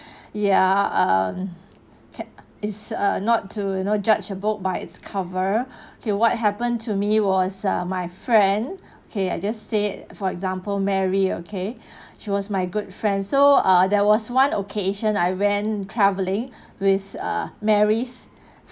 ya um can is a not to uh you know judge a book by its cover okay what happened to me was uh my friend okay I just said for example mary okay she was my good friend so uh there was one occasion I went traveling with uh mary's